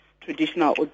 traditional